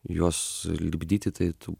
juos lipdyti tai tu